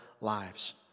lives